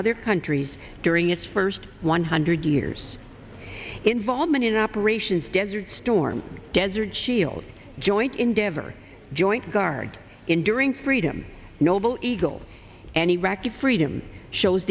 other countries during his first one hundred years involvement in operations desert storm desert shield joint endeavor joint guard enduring freedom noble eagle and iraqi freedom shows